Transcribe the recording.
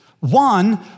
One